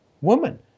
woman